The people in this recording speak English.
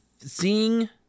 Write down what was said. Seeing